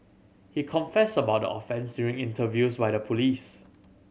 he confessed about the offence during interviews by the police